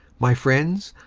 my friends,